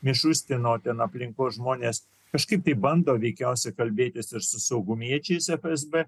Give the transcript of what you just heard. aplinkos žmonės kažkaip tai bando veikiausiai kalbėtis ir su saugumiečiais